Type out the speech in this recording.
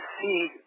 see